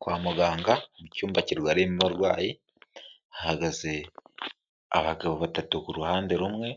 Kwa muganga, mu cyumba kirwariyemo abarwayi, hahagaze abagabo batatu ku ruhande rumwe,